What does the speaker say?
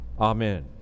amen